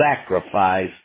sacrifice